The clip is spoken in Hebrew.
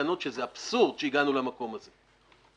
ותקנות שזה אבסורד שהגענו למקום הזה.